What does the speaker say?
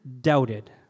Doubted